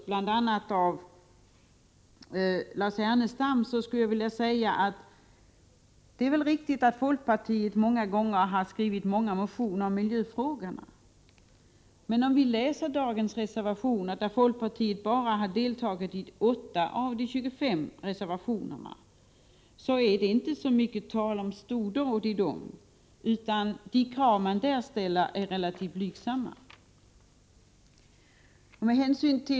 Till Lars Ernestam vill jag säga att det väl är riktigt att folkpartiet skrivit många motioner i miljöfrågor. Men folkpartiet har vid detta tillfälle endast varit med om att underteckna 8 av de 25 reservationerna, och om vi läser dessa motioner finner vi att det inte är fråga om några stordåd utan att de krav man ställer är relativt blygsamma.